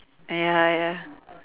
ya ya